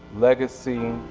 legacy,